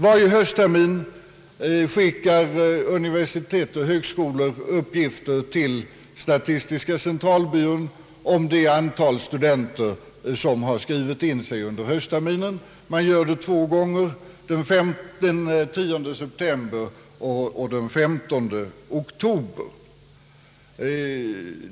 Varje hösttermin skickar universitet och högskolor uppgifter till statistiska centralbyrån om det antal studenter som skrivit in sig under terminen; man gör det två gånger, den 10 september och den 15 oktober.